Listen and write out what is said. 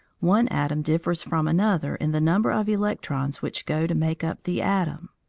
one atom differs from another in the number of electrons which go to make up the atom.